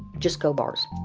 just gold bars